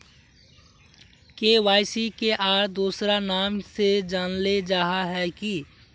KYC के आर दोसरा नाम से जानले जाहा है की?